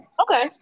Okay